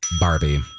Barbie